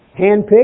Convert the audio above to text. handpicked